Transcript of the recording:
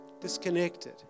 disconnected